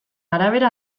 arabera